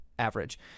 average